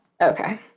Okay